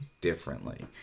differently